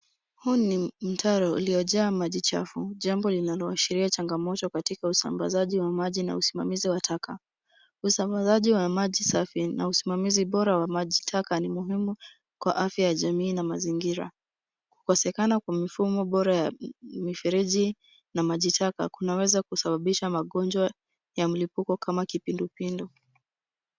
Huu ni mto uliojaa maji machafu. Jambo hili linaonyesha changamoto katika usambazaji wa maji na usimamizi wa taka. Usambazaji wa maji safi na usimamizi bora wa maji taka ni muhimu kwa afya ya jamii na mazingira. Kukosekana kwa mifumo bora ya mifereji na maji taka kunaweza kusababisha magonjwa ya mlipuko kama kipindupindu.